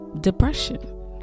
depression